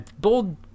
bold